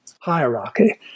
Hierarchy